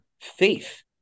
faith